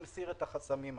תפקידי להסיר את החסמים האלה.